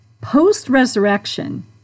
post-resurrection